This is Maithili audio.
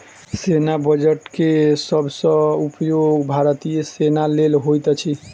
सेना बजट के सब सॅ उपयोग भारतीय सेना लेल होइत अछि